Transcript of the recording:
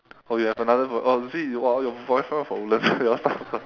oh you have another oh you see !wah! all your boyfriend all from woodland